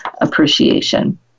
appreciation